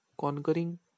conquering